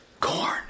corn